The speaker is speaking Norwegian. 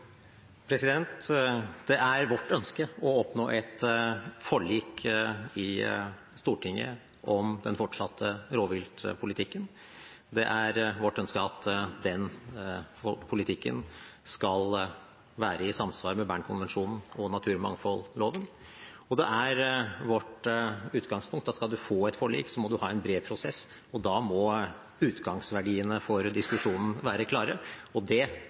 Det er vårt ønske å oppnå et forlik i Stortinget om den fortsatte rovviltpolitikken. Det er vårt ønske at den politikken skal være i samsvar med Bernkonvensjonen og naturmangfoldloven. Og det er vårt utgangspunkt at skal man få et forlik, må man ha en bred prosess. Da må utgangsverdiene for diskusjonen være klare, og det